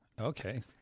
Okay